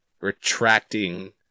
retracting